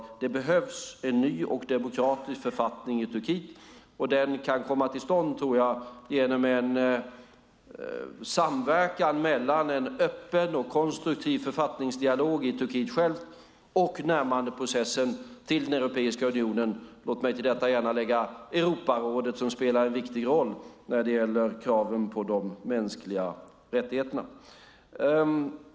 Det behövs en ny och demokratisk författning i Turkiet. Den tror jag kan komma till stånd genom en samverkan mellan en öppen och konstruktiv författningsdialog i Turkiet och närmandeprocessen till Europeiska unionen. Låt mig till detta gärna lägga Europarådet som spelar en viktig roll när det gäller kraven på de mänskliga rättigheterna.